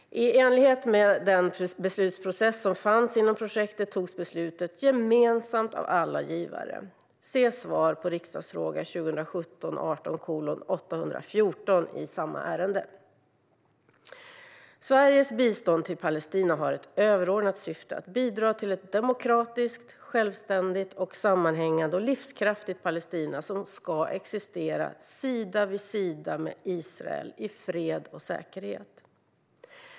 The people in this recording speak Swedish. I enlighet med den beslutsprocess som fanns inom projektet togs beslutet gemensamt av alla givare. Se svar på riksdagsfråga 2017/18:814 i samma ärende. Sveriges bistånd till Palestina har ett överordnat syfte: att bidra till ett demokratiskt, självständigt, sammanhängande och livskraftigt Palestina som ska existera sida vid sida med Israel i fred och säkerhet.